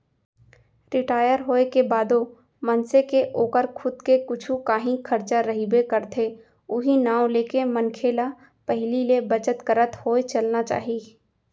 retire होए के बादो मनसे के ओकर खुद के कुछु कांही खरचा रहिबे करथे उहीं नांव लेके मनखे ल पहिली ले बचत करत होय चलना चाही